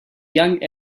young